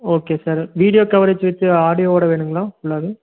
okay sir video கவரேஜி வெச்சு ஆடியோவோடு வேணுங்களா என்னாது